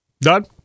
done